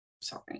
Sorry